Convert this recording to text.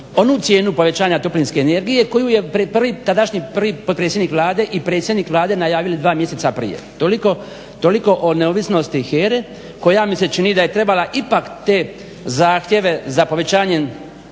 onu cijenu povećanja toplinske energije koju je tadašnji prvi potpredsjednik Vlade i predsjednik Vlade najavili 2. mjeseca prije. Toliko, toliko o neovisnosti HERA-e koja mi se čini da je trebala ipak te zahtjeve za povećanjem